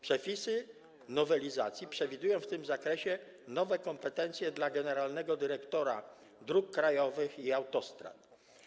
Przepisy nowelizacji przewidują w tym zakresie nowe kompetencje dla generalnego dyrektora dróg krajowych i autostrad.